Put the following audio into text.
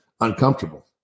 uncomfortable